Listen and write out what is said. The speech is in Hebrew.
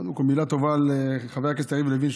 קודם כול מילה טובה לחבר הכנסת יריב לוין,